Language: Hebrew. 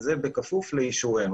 וזה בכפוף לאישורנו.